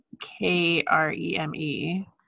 K-R-E-M-E